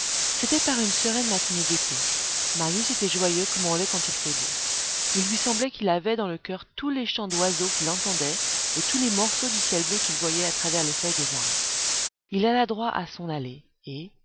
c'était par une sereine matinée d'été marius était joyeux comme on l'est quand il fait beau il lui semblait qu'il avait dans le coeur tous les chants d'oiseaux qu'il entendait et tous les morceaux du ciel bleu qu'il voyait à travers les feuilles des arbres il alla droit à son allée et